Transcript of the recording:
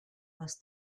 aus